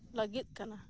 ᱞᱟᱹᱜᱤᱫ ᱠᱟᱱᱟ